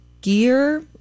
Gear